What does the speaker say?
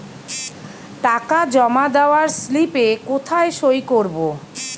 টাকা জমা দেওয়ার স্লিপে কোথায় সই করব?